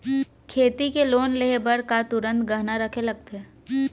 खेती के लोन लेहे बर का तुरंत गहना रखे लगथे?